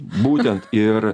būtent ir